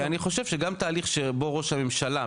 כי אני חושב שגם תהליך שבו ראש הממשלה,